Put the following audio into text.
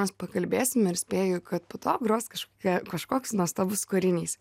mes pakalbėsime ir spėju kad po to gros kažkokia kažkoks nuostabus kūrinys